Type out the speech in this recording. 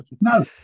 no